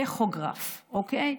טכוגרף, אוקיי?